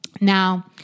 Now